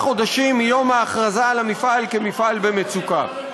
חודשים מיום ההכרזה עליו כמפעל במצוקה.